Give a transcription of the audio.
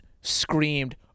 screamed